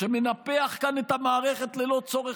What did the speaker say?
מנפח כאן את המערכת ללא צורך,